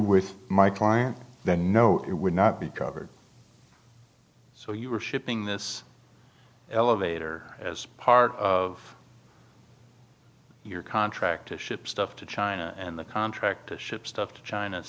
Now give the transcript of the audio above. with my client then no it would not be covered so you were shipping this elevator as part of your contract to ship stuff to china and the contract to ship stuff to china